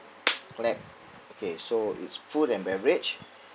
clap okay so it's food and beverage